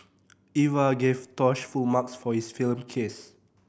Eva gave Tosh full marks for his film kiss